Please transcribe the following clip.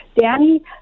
Danny